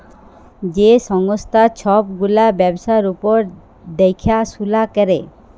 যে সংস্থা ছব গুলা ব্যবসার উপর দ্যাখাশুলা ক্যরে